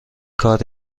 کار